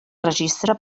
registre